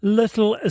little